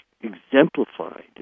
exemplified